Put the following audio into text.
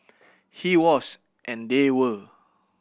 he was and they were